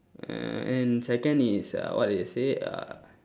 err and second is uh what did I say uh